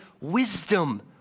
wisdom